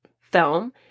film